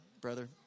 brother